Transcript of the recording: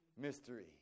Mystery